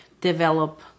develop